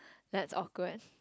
that's awkward